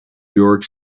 york